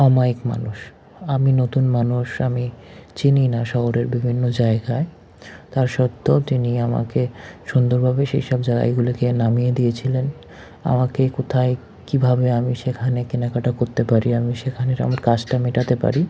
অমায়িক মানুষ আমি নতুন মানুষ আমি চিনি না শহরের বিভিন্ন জায়গায় তা সত্ত্বেও তিনি আমাকে সুন্দরভাবে সে সব জায়গাগুলোকে নামিয়ে দিয়েছিলেন আমাকে কোথায় কীভাবে আমি সেখানে কেনাকাটা করতে পারি আমি সেখানের আমি কাজটা মেটাতে পারি